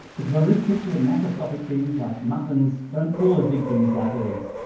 because on this picture macroscopic things like muffins don't cause big things like eggs.